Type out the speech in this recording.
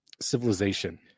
Civilization